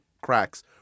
cracks